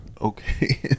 okay